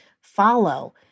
follow